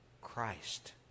Christ